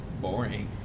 boring